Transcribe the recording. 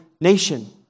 nation